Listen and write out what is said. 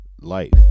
Life